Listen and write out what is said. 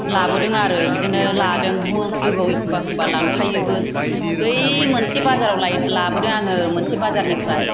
लाबोदों आरो बिदिनो लादों मो लोगोयाव एखम्बा एखम्बा लांफायोबो बै मोनसे बाजाराव लाय लाबोदों आङो मोनसे बाजारनिफ्राय